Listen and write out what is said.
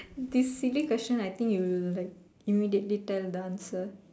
this silly question I think you'll like immediately tell the answer